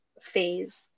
phase